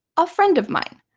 a friend of mine,